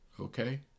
Okay